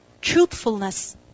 Truthfulness